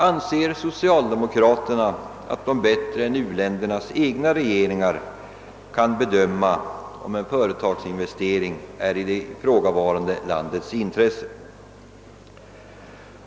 Anser socialdemokraterna att de bättre än u-ländernas egna regeringar kan bedöma om en företagsinvestering är i det ifrågavarande landets eget intresse?